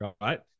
right